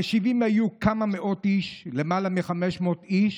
המשיבים היו כמה מאות איש, למעלה מ-500 איש,